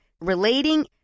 relating